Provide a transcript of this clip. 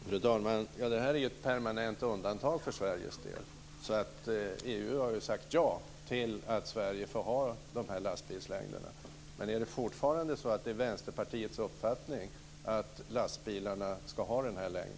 Fru talman! Det finns ett permanent undantag för Sveriges del. EU har sagt ja till att Sverige får ha lastbilar med dessa längder. Är det fortfarande Vänsterpartiets uppfattning att lastbilarna ska ha denna längd?